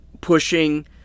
pushing